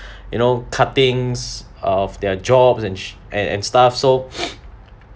you know cuttings of their jobs and s~ and and stuff so